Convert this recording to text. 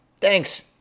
thanks